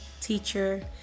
teacher